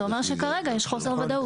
זה אומר שכרגע יש חוסר ודאות.